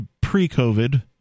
pre-COVID